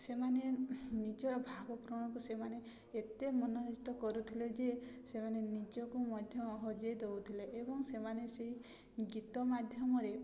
ସେମାନେ ନିଜର ଭାବପ୍ରବଣକୁ ସେମାନେ ଏତେ କରୁଥିଲେ ଯେ ସେମାନେ ନିଜକୁ ମଧ୍ୟ ହଜାଇ ଦେଉଥିଲେ ଏବଂ ସେମାନେ ସେଇ ଗୀତ ମାଧ୍ୟମରେ